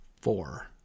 four